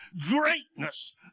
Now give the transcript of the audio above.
greatness